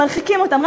מרחיקים אותן, תודה.